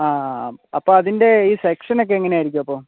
ആ അപ്പോൾ അതിൻ്റെ ഈ സെക്ഷനൊക്കെ എങ്ങനെയായിരിക്കും അപ്പോൾ